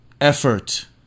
effort